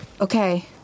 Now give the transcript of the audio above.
Okay